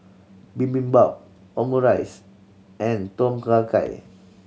Bibimbap Omurice and Tom Kha Gai